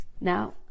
Now